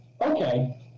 Okay